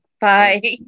Bye